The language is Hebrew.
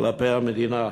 כלפי המדינה.